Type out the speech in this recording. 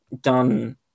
done